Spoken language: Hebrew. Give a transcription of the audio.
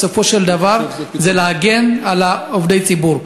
בסופו של דבר, זה להגן על עובדי ציבור.